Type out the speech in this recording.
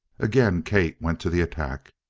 again kate went to the attack.